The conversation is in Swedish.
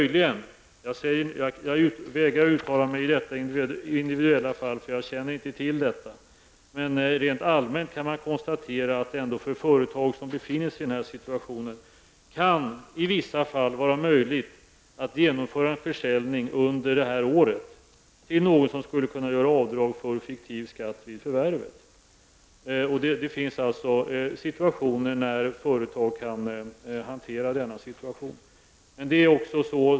Jag vägrar att uttala mig i detta individuella fall, för jag känner inte till det. Rent allmänt kan man konstatera att ett företag som befinner sig i denna situation i vissa fall kan genomföra en försäljning under det här året till någon som skulle kunna göra avdrag för fiktiv skatt vid förvärvet. Det finns alltså möjligheter för företag att hantera den uppkomna situationen.